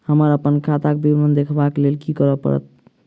हमरा अप्पन खाताक विवरण देखबा लेल की करऽ पड़त?